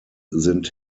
sind